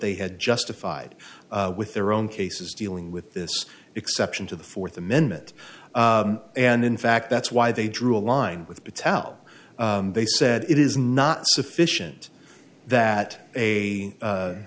they had justified with their own cases dealing with this exception to the fourth amendment and in fact that's why they drew a line with to tell they said it is not sufficient that a